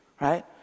right